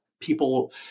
people